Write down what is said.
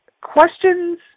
questions